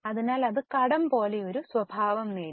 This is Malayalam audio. അതിനാൽ അത് കടം പോലുള്ള ഒരു സ്വഭാവം നേടി